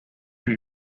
have